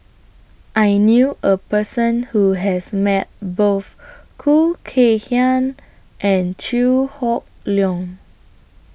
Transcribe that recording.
I knew A Person Who has Met Both Khoo Kay Hian and Chew Hock Leong